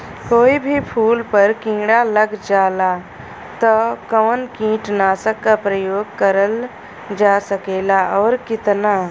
कोई भी फूल पर कीड़ा लग जाला त कवन कीटनाशक क प्रयोग करल जा सकेला और कितना?